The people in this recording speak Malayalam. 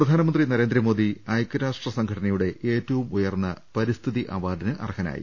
പ്രധാനമന്ത്രി നരേന്ദ്രമോദി ഐക്യരാഷ്ട്ര സംഘടനയുടെ ഏറ്റവും ഉയർന്ന പരിസ്ഥിതി അവാർഡിന് അർഹനായി